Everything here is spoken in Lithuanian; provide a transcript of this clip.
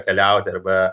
keliauti arba